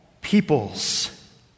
peoples